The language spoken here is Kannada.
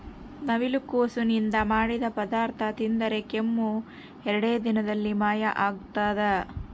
ನವಿಲುಕೋಸು ನಿಂದ ಮಾಡಿದ ಪದಾರ್ಥ ತಿಂದರೆ ಕೆಮ್ಮು ಎರಡೇ ದಿನದಲ್ಲಿ ಮಾಯ ಆಗ್ತದ